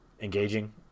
engaging